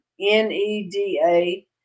NEDA